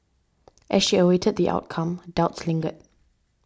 as she awaited the outcome doubts lingered